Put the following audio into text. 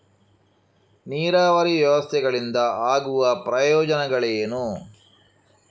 ನೀರಾವರಿ ವ್ಯವಸ್ಥೆಗಳಿಂದ ಆಗುವ ಪ್ರಯೋಜನಗಳೇನು?